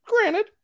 granted